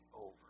over